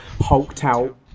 hulked-out